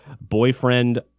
Boyfriend